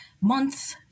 month